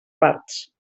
parts